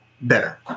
better